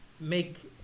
make